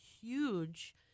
huge